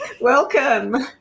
Welcome